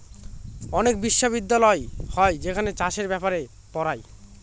অনেক বিশ্ববিদ্যালয় হয় যেখানে চাষের ব্যাপারে পড়ায়